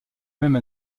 même